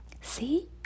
See